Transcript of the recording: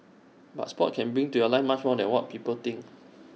but Sport can bring to your life much more than what people think